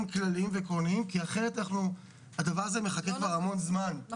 כלליים ועקרוניים כי הדבר הזה מחכה כבר המון זמן,